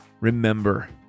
remember